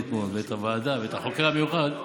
אתמול ואת הוועדה ואת החוקר המיוחד,